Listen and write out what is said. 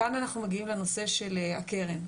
כאן אנחנו מגיעים לנושא של הקרן.